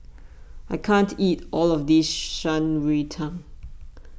I can't eat all of this Shan Rui Tang